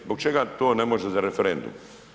Zbog čega to ne može za referendum?